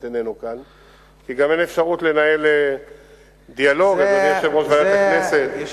2. מה הם הקריטריונים שלפיהם מחולק כל תקציב ותקציב?